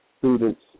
students